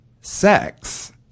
sex